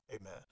Amen